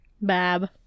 BAB